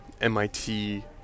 MIT